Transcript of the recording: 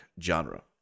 genre